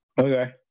Okay